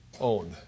own